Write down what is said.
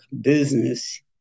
business